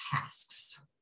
tasks